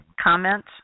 comment